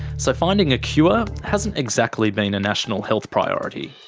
so finding a cure hasn't exactly been a national health priority.